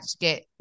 get